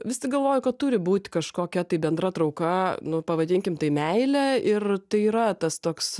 vis tik galvoju kad turi būt kažkokia tai bendra trauka nu pavadinkim tai meile ir tai yra tas toks